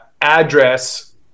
address